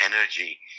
energy